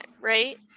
Right